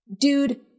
dude